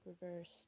reversed